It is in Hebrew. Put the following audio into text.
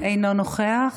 אינו נוכח,